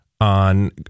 on